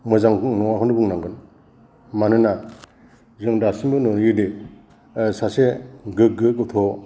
मोजां नङाखौनो बुंनांगोन मानोना जों दासिमबो नुयोदि सासे गोग्गो गथ'